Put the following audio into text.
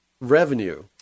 revenue